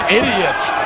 idiots